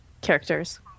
characters